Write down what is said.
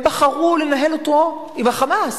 הם בחרו לנהל אותו עם ה"חמאס".